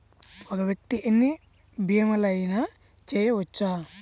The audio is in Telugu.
ఒక్క వ్యక్తి ఎన్ని భీమలయినా చేయవచ్చా?